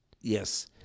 yes